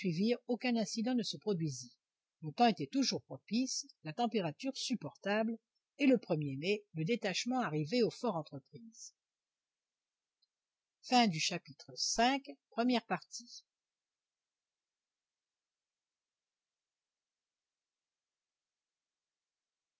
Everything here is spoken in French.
aucun incident ne se produisit le temps était toujours propice la température supportable et le premier mai le détachement arrivait au fortentreprise